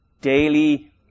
Daily